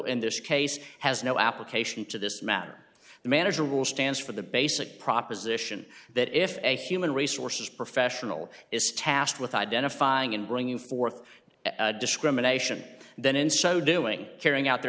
in this case has no application to this matter the manager will stand for the basic proposition that if a human resources professional is tasked with identifying and bringing forth discrimination then in so doing carrying out their